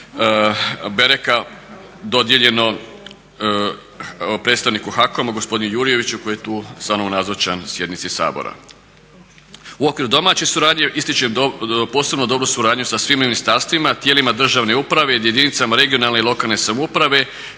U okviru domaće suradnje ističem posebno dobru suradnju sa svim ministarstvima, tijelima državne uprave i jedinicama regionalne i lokalne samouprave